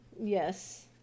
Yes